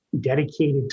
dedicated